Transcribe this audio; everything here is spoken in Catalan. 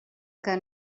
que